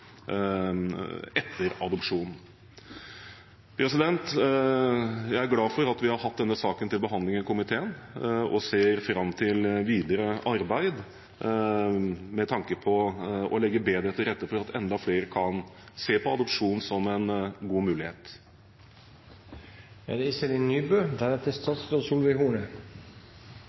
etter adopsjon. Jeg er glad for at vi har hatt denne saken til behandling i komiteen, og ser fram til videre arbeid med tanke på å legge bedre til rette for at enda flere kan se på adopsjon som en god mulighet. Venstre slutter seg i hovedsak til proposisjonen om ny adopsjonslov samt å følge opp Adopsjonslovutvalgets innstilling. Det